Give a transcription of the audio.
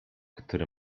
który